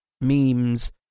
memes